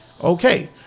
Okay